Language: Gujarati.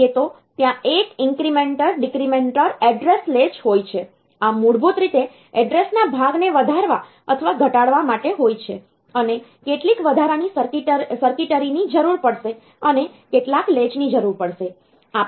કહીએ તો ત્યાં એક ઇન્ક્રીમેન્ટર ડીક્રીમેન્ટર એડ્રેસ લેચ હોય છે આ મૂળભૂત રીતે એડ્રેસના ભાગને વધારવા અથવા ઘટાડવા માટે હોય છે અને કેટલીક વધારાની સર્કિટરીની જરૂર પડશે અને કેટલાક લેચની જરૂર પડશે